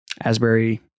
Asbury